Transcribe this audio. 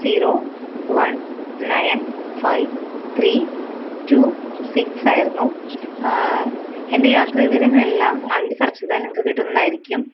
zero one nine five three two six ആയിരുന്നു എന്റെ യാത്രാവിവരങ്ങളെല്ലാം ഐ ഡി സെര്ച്ച് ചെയ്താൽ നിങ്ങൾക്ക് കിട്ടുന്നതായിരിക്കും